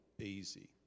easy